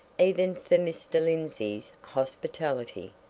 even for mr. lindsey's hospitality,